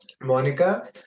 Monica